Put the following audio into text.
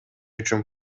үчүн